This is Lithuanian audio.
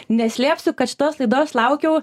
neslėpsiu kad šitos laidos laukiau